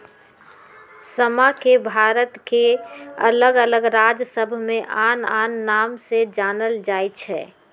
समा के भारत के अल्लग अल्लग राज सभमें आन आन नाम से जानल जाइ छइ